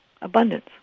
abundance